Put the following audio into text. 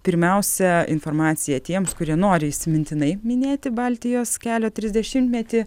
pirmiausia informacija tiems kurie nori įsimintinai minėti baltijos kelio trisdešimtmetį